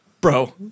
Bro